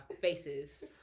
faces